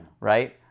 right